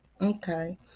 Okay